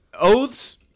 Oaths